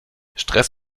stress